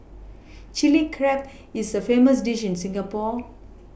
Chilli Crab is a famous dish in Singapore